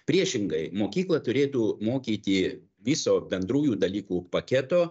priešingai mokykla turėtų mokyti viso bendrųjų dalykų paketo